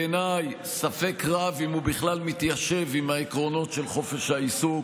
בעיניי ספק רב אם הוא בכלל מתיישב עם העקרונות של חופש העיסוק.